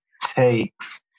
takes